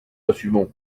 assumons